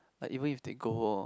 like even if they go